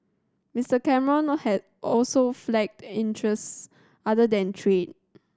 Mister Cameron had also flagged interests other than trade